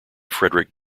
frederick